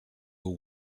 will